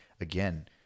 Again